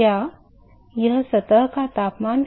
क्या यह सतह का तापमान है